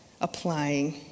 applying